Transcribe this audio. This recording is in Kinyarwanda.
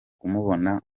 kumubona